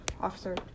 officer